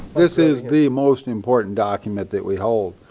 this is the most important document that we hold.